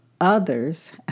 others